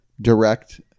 direct